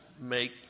make